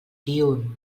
diürn